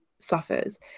suffers